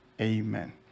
Amen